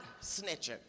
snitching